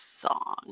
song